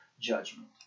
judgment